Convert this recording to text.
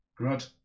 Grud